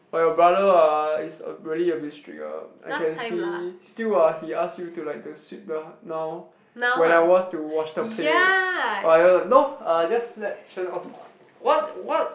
orh your brother uh is a really a bit strict ah I can see still ah he ask you to like to sweep the now when I want to wash the plate no uh just let Shen what what